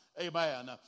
Amen